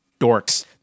dorks